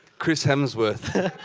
chris hemsworth